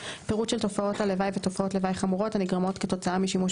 10. פירוט של תופעות לוואי ותופעות לוואי חמורות הנגרמות כתוצאה משימוש